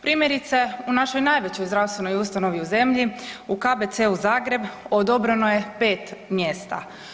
Primjerice u našoj najvećoj zdravstvenoj ustanovi u zemlji u KBC-u Zagreb odobreno je 5 mjesta.